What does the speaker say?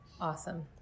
awesome